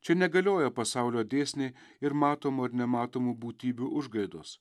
čia negalioja pasaulio dėsniai ir matomų ir nematomų būtybių užgaidos